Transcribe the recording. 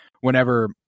whenever